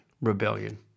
rebellion